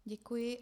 Děkuji.